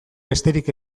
besterik